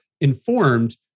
informed